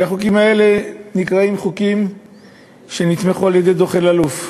והחוקים האלה הם חוקים שנתמכו על-ידי דוח אלאלוף,